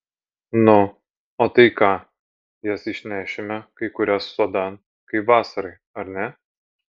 nu o tai ką jas išnešime kai kurias sodan kaip vasarai ar ne